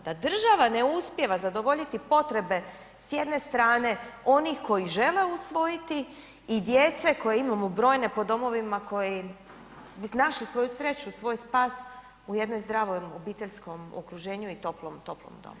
Da država ne uspijeva zadovoljiti potrebe s jedne strane onih koji žele usvojiti i djece koje imamo brojne po domovima koji bi našli svoju sreću, svoj spas u jednom zdravom obiteljskom okruženju i toplom, toplom domu.